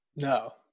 No